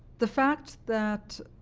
the fact that